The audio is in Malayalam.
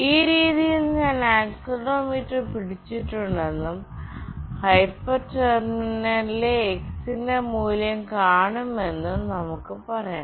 ഈ രീതിയിൽ ഞാൻ ആക്സിലറോമീറ്റർ പിടിച്ചിട്ടുണ്ടെന്നും ഹൈപ്പർ ടെർമിനലിലെ x ന്റെ മൂല്യം കാണുമെന്നും നമുക്ക് പറയാം